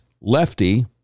lefty